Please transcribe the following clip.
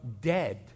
dead